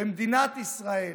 במדינת ישראל,